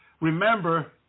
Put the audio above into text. Remember